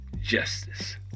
justice